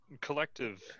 collective